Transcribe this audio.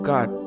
God